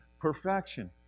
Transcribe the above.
perfection